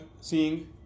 seeing